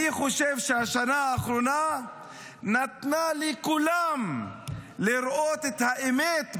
אני חושב שהשנה האחרונה נתנה לכולם לראות את האמת בעיניים: